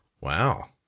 Wow